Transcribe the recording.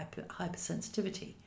hypersensitivity